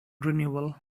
renewal